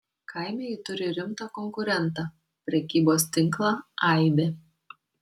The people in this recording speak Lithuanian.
kaime ji turi rimtą konkurentą prekybos tinklą aibė